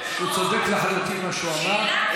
הוא צודק לחלוטין במה שהוא אמר,